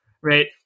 right